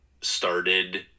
started